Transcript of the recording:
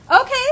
Okay